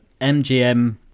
MGM